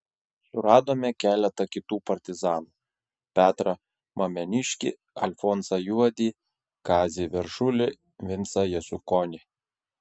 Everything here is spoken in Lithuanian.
suradome keletą kitų partizanų petrą mameniškį alfonsą juodį kazį veršulį vincą jasiukonį